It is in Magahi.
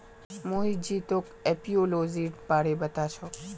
मोहित जी तोक एपियोलॉजीर बारे पता छोक